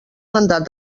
mandat